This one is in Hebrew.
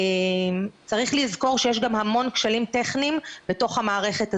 צריך לזכור שיש גם המון כשלים טכניים בתוך המערכת הזו.